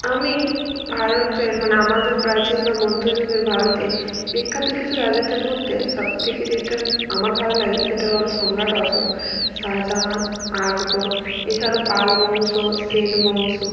আমি ভারতের মানে আমাদের প্রাচীন বা মধ্যযুগের ভারতের বিখ্যাত কিছু রাজাদের মধ্যে সব থেকে যেটা আমার ভালো লাগে সেটা হলো সম্রাট অশোক শাহজাহান আকবর এছাড়াও পাল বংশ সেন বংশ